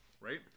right